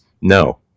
No